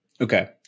Okay